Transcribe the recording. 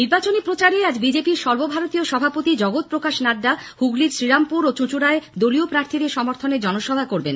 নির্বাচনী প্রচারে আজ বিজেপির সর্বভারতীয় সভাপতি জগত প্রকাশ নাড্ডা হুগলীর শ্রীরামপুর ও চুঁচুড়ায় দলীয় প্রার্থীদের সমর্থনে জনসভা করবেন